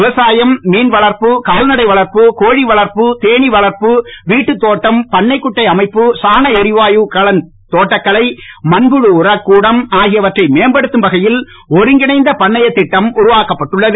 விவசாயம் மீன் வளர்ப்பு கால்நடை வளர்ப்பு கோழி வளர்ப்பு தேனி வளர்ப்பு வீட்டு தோட்டம் பண்ணை குட்டை அமைப்பு சாண எரிவாயு கலன் தோட்டக்கலை மண்புழு உரக் கூடம் ஆகியவற்றை மேம்படுத்தும் வகையில் ஒருங்கிணைந்த பண்ணைய திட்டம் உருவாக்கப்பட்டுள்ளது